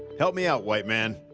help me out, white man.